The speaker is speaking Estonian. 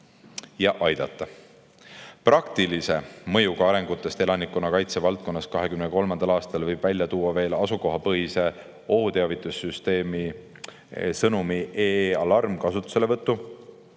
ja aidata. Praktilise mõjuga arengutest elanikkonnakaitse valdkonnas 2023. aastal võib välja tuua veel asukohapõhise ohuteavituse sõnumi EE‑alarm kasutuselevõtu,